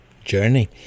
journey